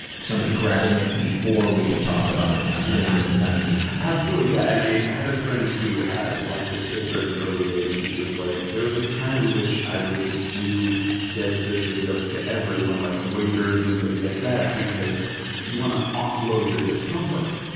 somebody grabbing it before we can talk about it and just being on the defensive. absolutely, yeah. and i had a friend who lost her sister at an early age, and she was like, there was a time in which i would just do dead-sister jokes to everyone, like waiters and things like that, because you want to offload your discomfort.